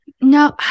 No